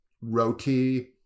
roti